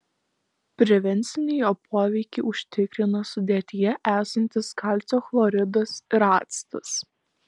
prevencinį jo poveikį užtikrina sudėtyje esantis kalcio chloridas ir actas